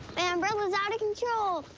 and umbrella's out of control.